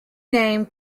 name